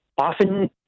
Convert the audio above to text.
Often